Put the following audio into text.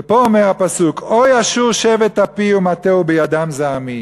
ופה אומר הפסוק: הוי אשור שבט אפי ומטה הוא בידם זעמי.